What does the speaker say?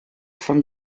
from